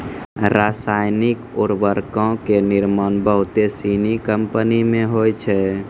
रसायनिक उर्वरको के निर्माण बहुते सिनी कंपनी मे होय छै